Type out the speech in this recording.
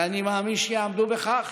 ואני מאמין שיעמדו בכך,